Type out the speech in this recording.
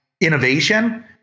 innovation